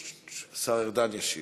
השר ארדן ישיב.